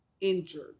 injured